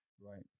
Right